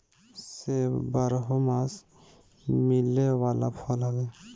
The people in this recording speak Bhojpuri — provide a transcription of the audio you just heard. सेब बारहोमास मिले वाला फल हवे